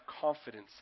confidence